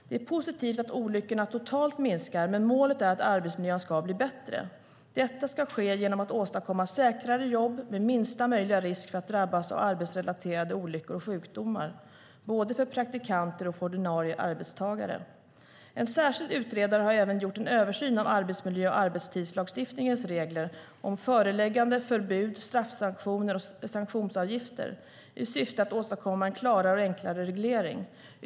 Det är positivt att olyckorna totalt minskar, men målet är att arbetsmiljön ska bli bättre. Detta ska ske genom att åstadkomma säkrare jobb med minsta möjliga risk för att drabbas av arbetsrelaterade olyckor och sjukdomar, både för praktikanter och för ordinarie arbetstagare. En särskild utredare har även gjort en översyn av arbetsmiljö och arbetstidslagstiftningens regler om föreläggande, förbud, straffsanktioner och sanktionsavgifter i syfte att åstadkomma en klarare och enklare reglering.